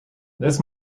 this